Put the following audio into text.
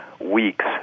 weeks